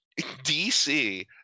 DC